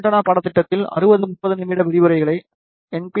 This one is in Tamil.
ஆண்டெனா பாடத்திட்டத்தில் அறுபது 30 நிமிட விரிவுரைகளை என்